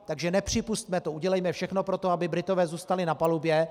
Takže nepřipusťme to, udělejme všechno pro to, aby Britové zůstali na palubě.